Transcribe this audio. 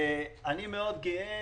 אני מאוד גאה,